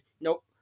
Nope